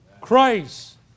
Christ